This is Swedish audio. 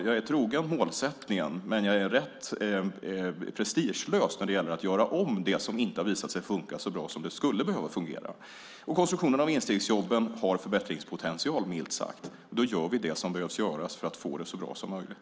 Jag är trogen målsättningen, men jag är rätt prestigelös när det gäller att göra om det som inte har visat sig fungera så bra som det borde. Konstruktionen av instegsjobben har förbättringspotential, milt uttryckt. Då gör vi det som behöver göras för att få det så bra som möjligt.